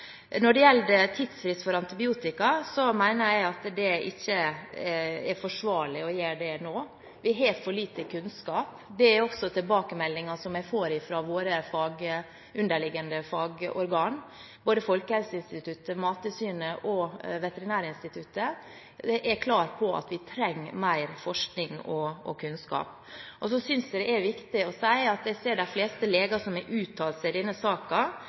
Når det gjelder tidsfrist for antibiotika, mener jeg at det ikke er forsvarlig å gjøre det nå. Vi har for lite kunnskap. Det er også tilbakemeldingen som jeg får fra våre underliggende fagorgan. Både Folkehelseinstituttet, Mattilsynet og Veterinærinstituttet er klar på at vi trenger mer forskning og kunnskap. Så synes jeg det er viktig å si at jeg ser at de fleste leger som har uttalt seg i denne